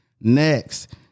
Next